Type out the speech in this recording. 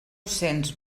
cents